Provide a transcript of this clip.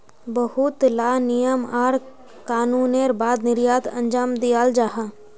बहुत ला नियम आर कानूनेर बाद निर्यात अंजाम दियाल जाहा